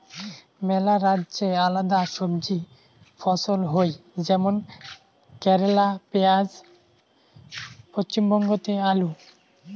মেলা রাজ্যে আলাদা সবজি ফছল হই যেমন কেরালে পেঁয়াজ, পশ্চিমবঙ্গতে আলু